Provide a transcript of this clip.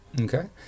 Okay